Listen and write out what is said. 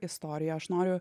istoriją aš noriu